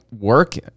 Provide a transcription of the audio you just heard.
work